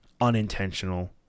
unintentional